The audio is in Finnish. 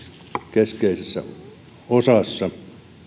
keskeisessä osassa